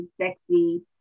sexy